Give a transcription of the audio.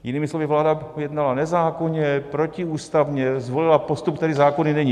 Jinými slovy, vláda jednala nezákonně, protiústavně, zvolila postup, který zákonný není.